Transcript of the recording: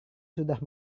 sudah